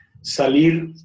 salir